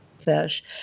Fish